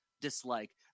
dislike